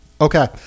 Okay